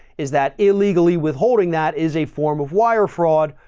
is that illegally withholding? that is a form of wire fraud.